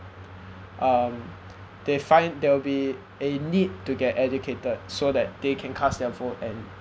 um they find there'll be a need to get educated so that they can cast their vote and